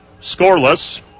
Scoreless